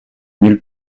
nulle